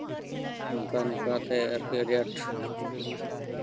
ᱱᱚᱝᱠᱟ ᱱᱚᱝᱠᱟ ᱟᱨᱠᱤ ᱟᱸᱰᱤ ᱟᱸᱴ